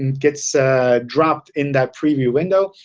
and gets ah dropped in that preview window.